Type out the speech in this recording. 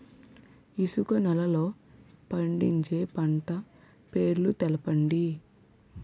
ఇసుక నేలల్లో పండించే పంట పేర్లు తెలపండి?